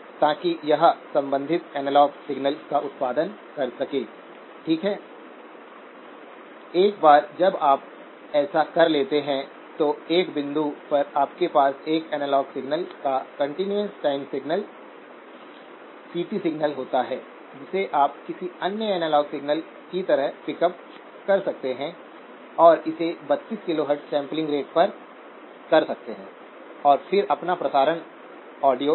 इसलिए यदि आप ड्रेन और गेट के बीच एक बड़ा अलगाव शुरू करते हैं तो लिमिट बड़ी होगी और फिर प्लस VT है क्योंकि ड्रेन गेट वोल्टेज से नीचे जा सकता है लेकिन एक से अधिक VT नहीं